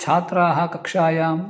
छात्राः कक्षायाम्